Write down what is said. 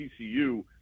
TCU